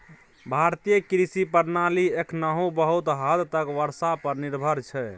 भारतीय कृषि प्रणाली एखनहुँ बहुत हद तक बर्षा पर निर्भर छै